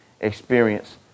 experience